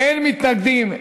אין מתנגדים,